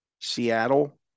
Seattle